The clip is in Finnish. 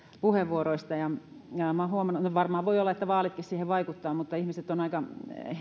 puheenvuoroista olen huomannut no varmaan voi olla että vaalitkin siihen vaikuttavat että ihmiset ovat aika